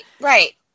right